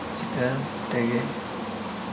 ᱪᱤᱠᱟᱹ ᱛᱮᱜᱮ